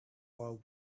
while